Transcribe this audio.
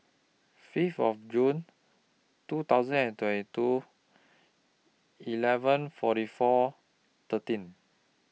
Fifth of June two thousand and twenty two eleven forty four thirteen